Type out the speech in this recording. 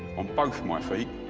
on both my feet,